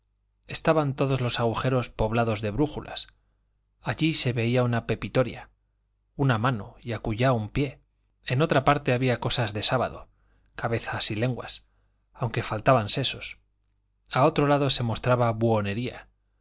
estaban todos los agujeros poblados de brújulas allí se veía una pepitoria una mano y acullá un pie en otra parte había cosas de sábado cabezas y lenguas aunque faltaban sesos a otro lado se mostraba buhonería